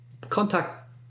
contact